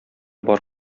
бар